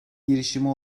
girişimi